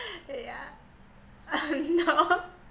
yeah no